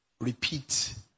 repeat